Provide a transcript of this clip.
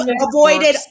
avoided